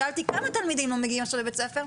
שאלתי כמה תלמידים לא מגיעים עכשיו לבית-ספר?